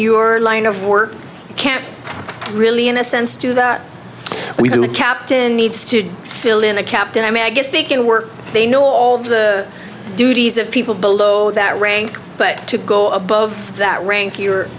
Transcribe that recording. your line of work can't really in a sense do that we do a captain needs to fill in a captain i mean i guess they can work they know all the duties of people below that rank but to go above that rank you